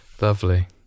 Lovely